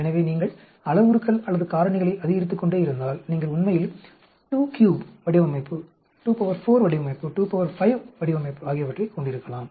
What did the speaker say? எனவே நீங்கள் அளவுருக்கள் அல்லது காரணிகளை அதிகரித்துக் கொண்டே இருந்தால் நீங்கள் உண்மையில் 23 வடிவமைப்பு 24 வடிவமைப்பு 25 ஆகியவற்றைக் கொண்டிருக்கலாம்